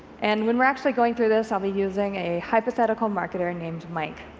and when we're actually going through this, i'll be using a hypothetical marketer named mike.